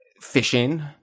fishing